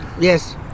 Yes